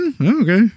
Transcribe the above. Okay